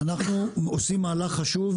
אנחנו עושים מהלך חשוב.